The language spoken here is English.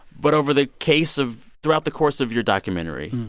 but over the case of throughout the course of your documentary,